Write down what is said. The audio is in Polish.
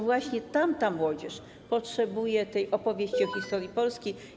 Właśnie tamta młodzież potrzebuje opowieści o historii Polski.